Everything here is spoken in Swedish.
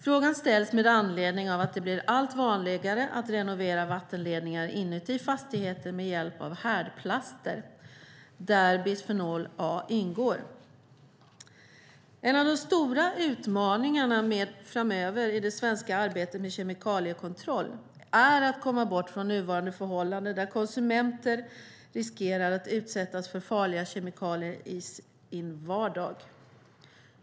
Frågan ställs med anledning av att det blir allt vanligare att renovera vattenledningar inuti fastigheter med hjälp av härdplaster där bisfenol A ingår. En av de stora utmaningarna framöver i det svenska arbetet med kemikaliekontroll är att komma bort från nuvarande förhållande där konsumenter riskerar att utsättas för farliga kemikalier i sin vardag.